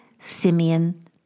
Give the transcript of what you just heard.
Simeon